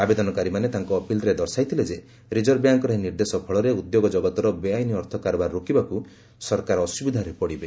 ଆବେଦନକାରୀମାନେ ତାଙ୍କ ଅପିଲ୍ରେ ଦର୍ଶାଇଥିଲେ ଯେ ରିଜର୍ଭବ୍ୟାଙ୍କର ଏହି ନିର୍ଦ୍ଦେଶ ଫଳରେ ଉଦ୍ୟୋଗ ଜଗତର ବେଆଇନ ଅର୍ଥ କାରବାର ରୋକିବାକୁ ସରକାର ଅସୁବିଧାରେ ପଡ଼ିବେ